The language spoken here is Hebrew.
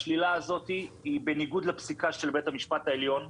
השלילה הזאת היא בניגוד לפסיקה של בית המשפט העליון,